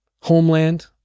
Homeland